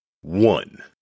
one